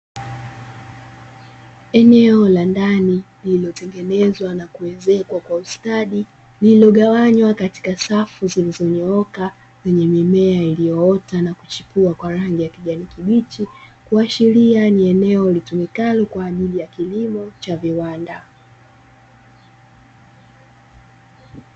Eneo la ndani lililotengenezwa na kuezekwa kwa ustadi lililogawanywa katika safu zilizonyooka zenye mimea iliyoota na kuchipua kwa rangi ya kijani kibichi, kuashiria ni eneo litumikalo kwa ajili ya kilimo cha viwanda.